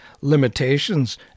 limitations